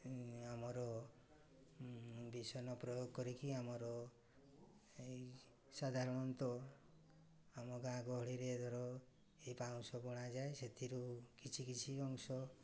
ଆମର ବିଷ ନ ପ୍ରୟୋଗ କରିକି ଆମର ଏଇ ସାଧାରଣତଃ ଆମ ଗାଁ ଗହଳିରେ ଧର ଏଇ ପାଉଁଶ ବୁଣାଯାଏ ସେଥିରୁ କିଛି କିଛି ଅଂଶ